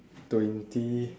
twenty